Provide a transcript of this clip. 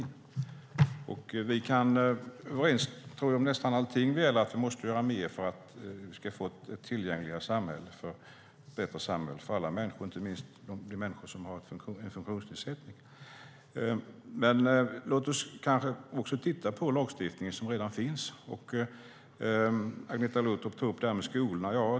Jag tror att vi är överens om nästan allting när det gäller att vi måste göra mer för att vi ska få ett tillgängligare och bättre samhälle för alla människor, inte minst för de människor som har en funktionsnedsättning. Men låt oss också titta på den lagstiftning som redan finns. Agneta Luttropp tog upp skolorna.